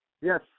Yes